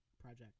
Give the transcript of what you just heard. Project